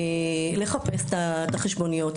לחפש את החשבוניות,